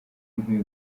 nkwiye